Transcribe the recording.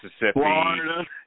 Mississippi